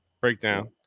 breakdown